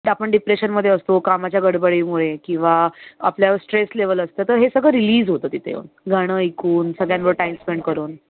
ते आपण डिप्रेशनमध्ये असतो कामाच्या गडबडीमुळे किंवा आपल्यावर स्ट्रेस लेवल असतं तर हे सगळं रिलीज होतं तिथे येऊन गाणं ऐकून सगळ्यांबरोबर टाईम स्पेंड करून